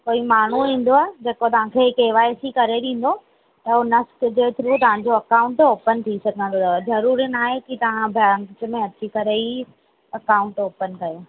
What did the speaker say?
कोई माण्हू ईंदव जेको तव्हांखे के वाई सी करे ॾींदो त उन जे थ्रू तव्हांजो अकाउंट ओपन थी सघंदो अथव ज़रूरी न आहे की तव्हां बैंक में अची करे ई अकाउंट ओपन कयो